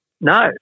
No